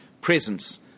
presence